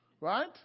Right